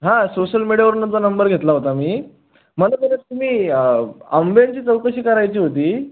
हां सोशल मीडियावरून तुमचा नंबर घेतला होता मी मला जरा तुम्ही आंब्याची चौकशी करायची होती